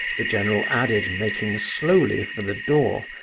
the general added, making slowly for the door,